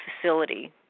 facility